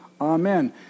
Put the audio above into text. Amen